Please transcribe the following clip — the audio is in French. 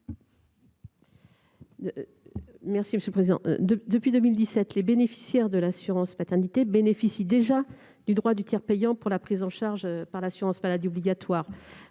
de la commission ? Depuis 2017, les bénéficiaires de l'assurance maternité bénéficient déjà du tiers payant pour la prise en charge par l'assurance maladie obligatoire.